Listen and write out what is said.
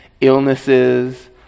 illnesses